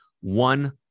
one